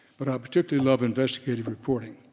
but i particularly love investigative reporting.